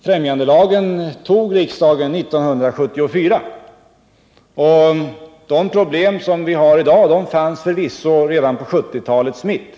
Främjandelagen fattade riksdagen beslut om 1974, och de problem som vi har i dag fanns förvisso redan vid 1970-talets mitt.